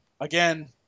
again